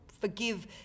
forgive